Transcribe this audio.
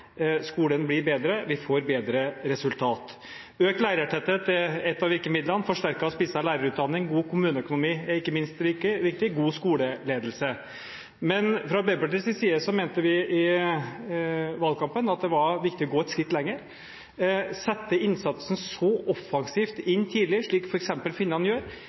Skolen blir bedre, og vi får bedre resultat. Økt lærertetthet er ett av virkemidlene, og forsterket og spisset lærerutdanning. God kommuneøkonomi er ikke minst viktig, og god skoleledelse. Fra Arbeiderpartiets side mente vi i valgkampen at det var viktig å gå et skritt lenger, sette inn offensiv innsats tidlig, slik f.eks. finnene gjør,